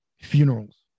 Funerals